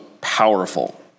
powerful